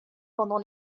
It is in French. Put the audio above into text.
pendant